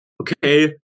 okay